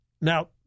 Now